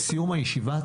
בסיום הישיבה,